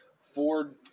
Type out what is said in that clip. Ford